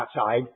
outside